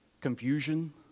confusion